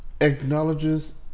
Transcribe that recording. acknowledges